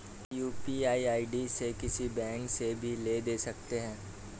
क्या UPI ID से किसी से भी पैसे ले दे सकते हैं?